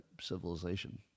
civilization